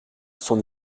son